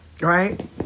right